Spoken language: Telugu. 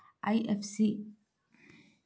ఐ.ఫ్.ఎస్.సి కోడ్ అంటే ఏంటి?